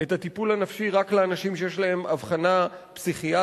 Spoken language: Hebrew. את הטיפול הנפשי רק לאנשים שיש להם אבחנה פסיכיאטרית,